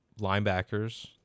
linebackers